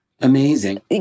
amazing